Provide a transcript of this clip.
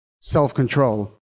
self-control